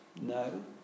No